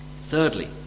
Thirdly